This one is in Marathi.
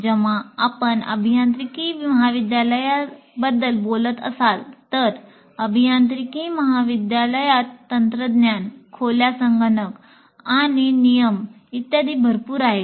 जेव्हा आपण अभियांत्रिकी महाविद्यालयाबद्दल बोलत असाल तर अभियांत्रिकी महाविद्यालयात तंत्रज्ञान खोल्या संगणक काही नियम इत्यादी भरपूर आहेत